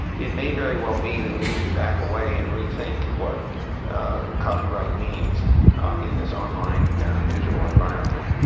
it may very well be that we need to back away and rethink what copyright means in this online and digital environment.